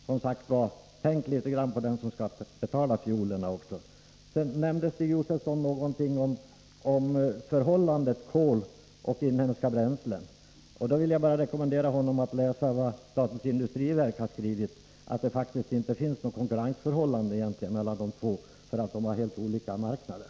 Men tänk som sagt på dem som skall betala fiolerna! Sedan talade Stig Josefson om konkurrensförhållandet mellan kol och inhemska bränslen. Jag vill rekommendera honom att läsa vad statens industriverk har skrivit, att det faktiskt inte finns något konkurrensförhållande mellan dem, eftersom de har helt olika marknader.